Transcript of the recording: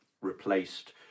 replaced